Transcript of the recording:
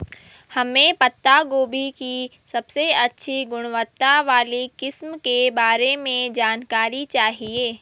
हमें पत्ता गोभी की सबसे अच्छी गुणवत्ता वाली किस्म के बारे में जानकारी चाहिए?